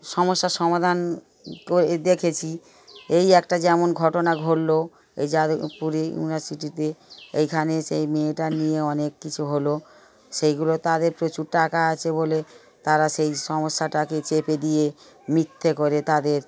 সমস্যার সমাধান করে দেখেছি এই একটা যেমন ঘটনা ঘটল এই যাদবপুরে ইউনিভার্সিটিতে এইখানে সেই মেয়েটার নিয়ে অনেক কিছু হলো সেইগুলো তাদের প্রচুর টাকা আছে বলে তারা সেই সমস্যাটাকে চেপে দিয়ে মিথ্যে করে তাদের